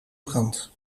brand